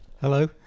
Hello